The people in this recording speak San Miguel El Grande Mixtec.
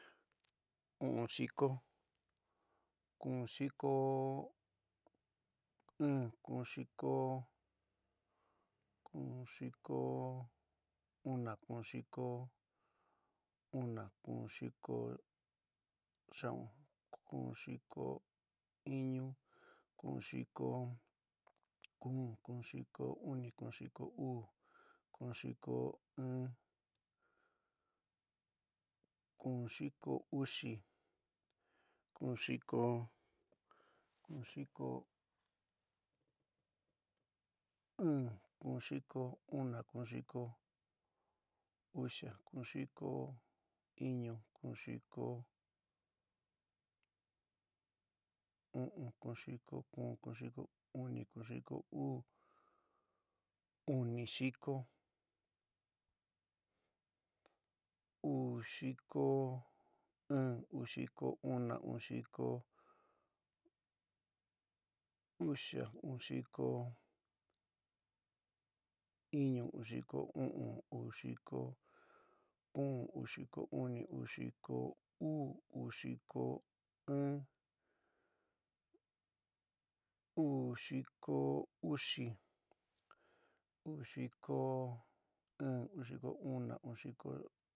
U'un xiko, kuun xiko iin. kuun xiko. kuun xiko una. kuun xiko una. kuun xiko xia'un. kuun xiko iñu, kuun xiko kuún. kuun xiko uni. kuun xiko uú, kuun xiko in, kuun xiko uxi. kuun xiko kuún xiko in, kuun xiko una. kuun xiko uxa, kuun xiko iñu, kuun xiko u'un, kuun xiko kuún, kuun xiko uni, kuun xiko uú, uni xiko, uu xiko iin, uu xiko una, uu xiko uxa, uu xiko iñu, uu xiko u'ún, uu xiko kuún, uu xiko uni, uu xiko uu, uu xiko in, uu xiko uxi, uu xiko in, uu xiko una.